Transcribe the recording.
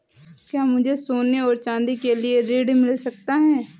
क्या मुझे सोने और चाँदी के लिए ऋण मिल सकता है?